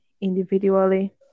individually